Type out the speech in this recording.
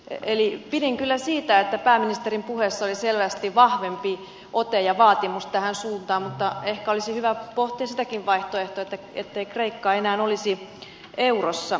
eli pidin kyllä siitä että pääministerin puheessa oli selvästi vahvempi ote ja vaatimus tähän suuntaan mutta ehkä olisi hyvä pohtia sitäkin vaihtoehtoa ettei kreikka enää olisi eurossa